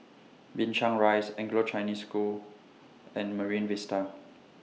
Binchang Rise Anglo Chinese School and Marine Vista